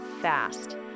FAST